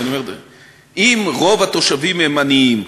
אבל אם רוב התושבים הם עניים,